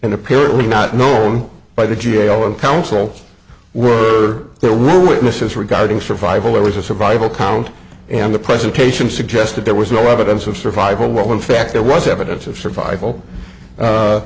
and apparently not known by the g a o and council were there were witnesses regarding survival it was a survival count and the presentation suggested there was no evidence of survival well in fact there was evidence of survival